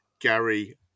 Gary